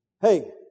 Hey